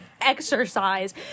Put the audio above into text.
exercise